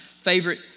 favorite